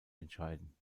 entscheiden